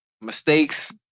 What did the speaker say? Mistakes